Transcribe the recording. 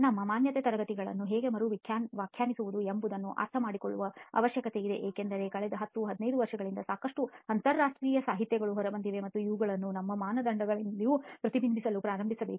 ನಮ್ಮ ಮಾನ್ಯತೆ ತರಗತಿಗಳನ್ನು ಹೇಗೆ ಮರು ವ್ಯಾಖ್ಯಾನಿಸುವುದು ಎಂಬುದನ್ನು ಅರ್ಥಮಾಡಿಕೊಳ್ಳುವ ಅವಶ್ಯಕತೆಯಿದೆ ಏಕೆಂದರೆ ಕಳೆದ 10 15 ವರ್ಷಗಳಲ್ಲಿ ಸಾಕಷ್ಟು ಅಂತರರಾಷ್ಟ್ರೀಯ ಸಾಹಿತ್ಯಗಳು ಹೊರಬಂದಿವೆ ಮತ್ತು ಇವುಗಳನ್ನು ನಮ್ಮ ಮಾನದಂಡಗಳಲ್ಲಿಯೂ ಪ್ರತಿಬಿಂಬಿಸಲು ಪ್ರಾರಂಭಿಸಬೇಕು